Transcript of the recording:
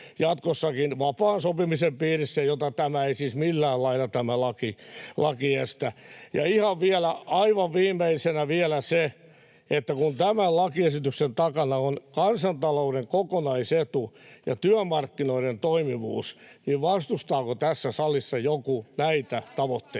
jatkossakin vapaan sopimisen piirissä, jota tämä laki ei siis millään lailla estä. Ja aivan viimeisenä vielä se, että kun tämän lakiesityksen takana on kansantalouden kokonaisetu ja työmarkkinoiden toimivuus, niin vastustaako tässä salissa joku näitä tavoitteita?